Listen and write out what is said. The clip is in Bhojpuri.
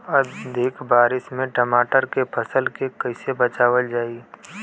अधिक बारिश से टमाटर के फसल के कइसे बचावल जाई?